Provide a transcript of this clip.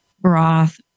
broth